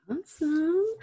Awesome